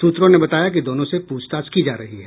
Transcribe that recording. सूत्रों ने बताया कि दोनों से पूछताछ की जा रही है